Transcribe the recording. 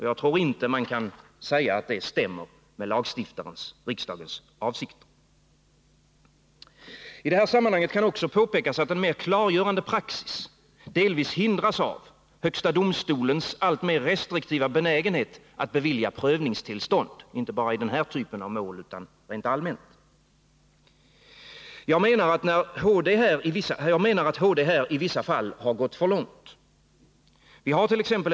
Jag tror inte man kan säga att det stämmer med lagstiftarens, riksdagens, avsikt. I sammanhanget kan också påpekas att en mer klargörande praxis delvis hindras av högsta domstolens alltmer restriktiva benägenhet att bevilja prövningstillstånd inte bara i den här typen av mål utan rent allmänt. Jag menar att HD här i vissa fall har gått för långt. Vi hart.ex.